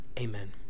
Amen